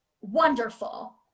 wonderful